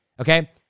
okay